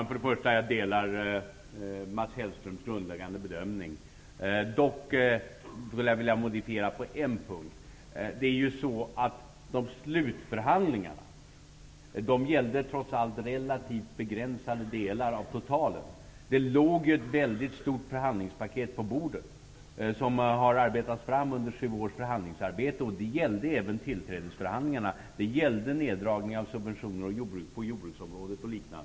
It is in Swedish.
Fru talman! Jag instämmer i den grundläggande bedömning som Mats Hellström gör. Jag skulle dock vilja modifiera den på en punkt. Slutförhandlingarna gällde trots allt relativt begränsade delar. På bordet låg redan ett mycket stort förhandlingspaket som har arbetats fram under sju år. Där ingick bl.a. tillträdesförhandlingarna och neddragningarna av subventioner på jordbruksområdet.